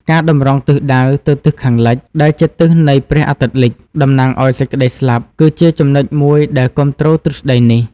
ការតម្រង់ទិសដៅទៅទិសខាងលិច ដែលជាទិសនៃព្រះអាទិត្យលិច តំណាងឲ្យសេចក្តីស្លាប់ គឺជាចំណុចមួយដែលគាំទ្រទ្រឹស្តីនេះ។